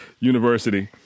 University